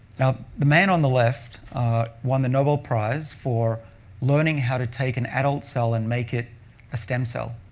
now, the man on the left won the nobel prize for learning how to take an adult cell and make it a stem cell,